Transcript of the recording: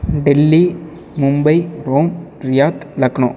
Delhi Mumbai Rome Riyadh Lucknow